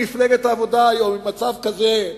מפלגת העבודה היום במצב כזה,